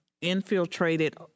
infiltrated